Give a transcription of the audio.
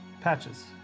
patches